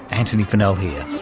antony funnell here.